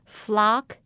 flock